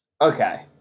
Okay